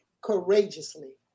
Courageously